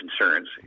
concerns